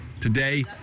Today